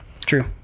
True